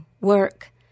work